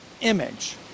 image